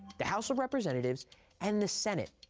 the house of representatives and the senate,